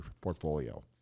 portfolio